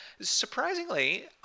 Surprisingly